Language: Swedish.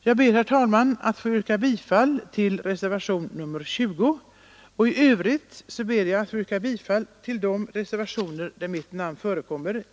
Jag ber, herr talman, att få yrka bifall till reservationen 20 i kulturutskottets betänkande nr 15 och i övrigt till de reservationer där mitt namn förekommer.